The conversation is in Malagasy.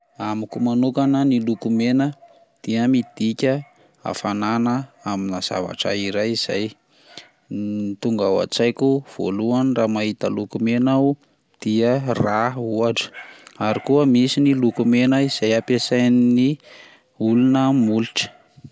Amiko manokana ny loko mena dia midika hafanana amina zavatra iray izay, ny tonga ao an-tsaiko voalohany raha mahita loko mena aho dia rà ohatra, ary koa misy ny lokomena izay ampiasain'ny olona amin'ny molotra.